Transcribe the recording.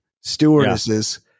Stewardesses